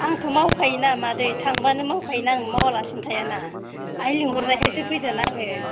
आंथ' मावखोयोना मादै थांबोनो मावखायोना मावयालासेनो थाया ना आइ लिंहरनायखायसो फैदोंना आङो